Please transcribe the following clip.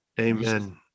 Amen